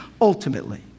ultimately